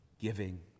giving